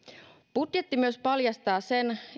budjetti myös paljastaa sen